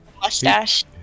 Mustache